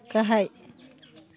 गाहाय